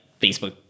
facebook